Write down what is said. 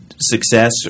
success